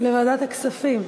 לוועדת הכספים.